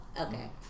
Okay